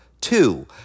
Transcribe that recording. Two